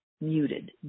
muted